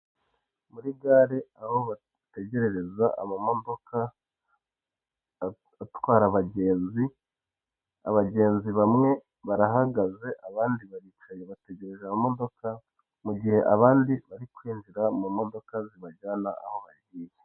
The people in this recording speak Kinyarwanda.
Muri gare aho bategerereza amamodoka atwara abagenzi, abagenzi bamwe barahagaze abandi baricaye, bategereje amamodoka mu gihe abandi bari kwinjira mu modoka zibajyana aho bagiye.